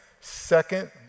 second